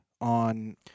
on